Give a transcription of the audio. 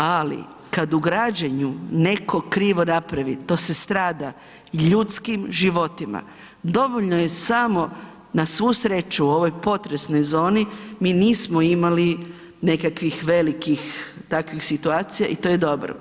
Ali kad u građenju netko krivo napravi to se strada ljudskim životima, dovoljno je samo na svu sreću u ovoj potresnoj zoni mi nismo imali nekakvih velikih takvih situacija i to je dobro.